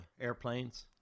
airplanes